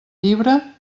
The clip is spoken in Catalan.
llibre